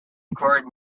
accord